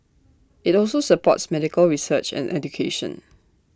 IT also supports medical research and education